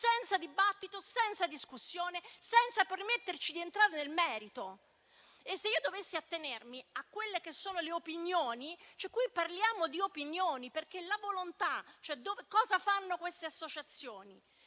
senza dibattito, senza discussione, senza permetterci di entrare nel merito. Se io dovessi attenermi a quelle che sono le opinioni, qui parliamo di opinioni, perché la volontà, cosa fanno le associazioni,